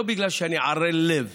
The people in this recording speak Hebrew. לא בגלל שאני ערל לב